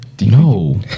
No